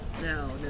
no